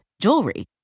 jewelry